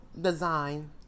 design